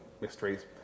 mysteries